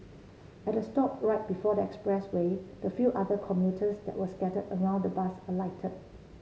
at the stop right before the expressway the few other commuters that was scatter around the bus alighted